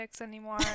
anymore